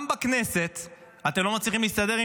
גם בכנסת אתם לא מצליחים להסתדר עם